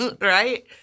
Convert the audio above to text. right